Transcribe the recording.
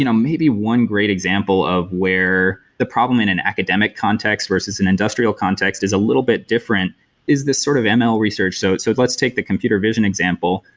you know maybe one great example of where the problem in an academic context versus an industrial context is a little bit different is this sort of ml research. so so let's take the computer vision example.